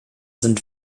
sind